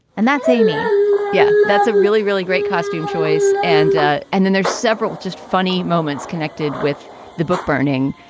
and that's amy yeah, that's a really, really great costume choice. and ah and then there's several just funny moments connected with the book burning,